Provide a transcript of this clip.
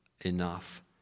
enough